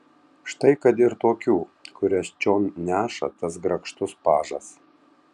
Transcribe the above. štai kad ir tokių kurias čion neša tas grakštus pažas